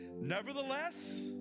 nevertheless